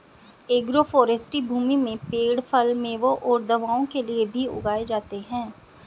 agroforestry भूमि में पेड़ फल, मेवों और दवाओं के लिए भी उगाए जाते है